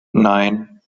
nein